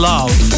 Love